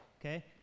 okay